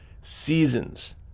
seasons